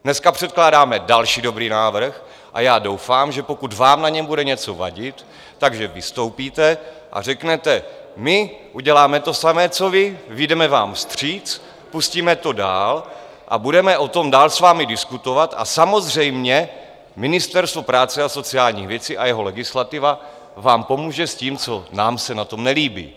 Dneska předkládáme další dobrý návrh a já doufám, že pokud vám na něm bude něco vadit, tak vystoupíte a řeknete: My uděláme to samé co vy, vyjdeme vám vstříc, pustíme to dál a budeme o tom dál s vámi diskutovat a samozřejmě Ministerstvo práce a sociálních věcí a jeho legislativa vám pomůže s tím, co se nám na tom nelíbí.